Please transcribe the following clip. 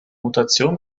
mutation